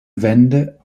wände